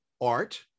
art